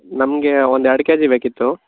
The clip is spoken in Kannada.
ನಮಗೆ ಒಂದು ಎರಡು ಕೆಜಿ ಬೇಕಿತ್ತು